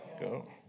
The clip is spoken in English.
go